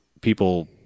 people